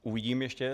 Uvidím ještě.